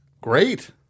great